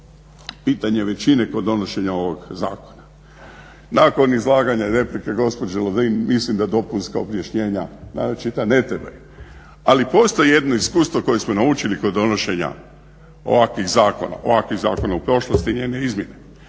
pitanje većine kod donošenja ovog zakona. Nakon izlaganja i replike gospođe Lovrin mislim da dopunska objašnjenja, naročita ne trebaju, ali postoji jedno iskustvo koje smo naučili kod donošenja ovakvih zakona, ovakvih zakona u prošlosti, njene izmjene,